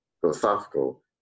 philosophical